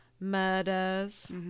murders